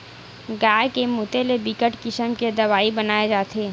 गाय के मूते ले बिकट किसम के दवई बनाए जाथे